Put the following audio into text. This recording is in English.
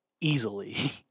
easily